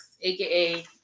aka